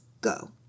Go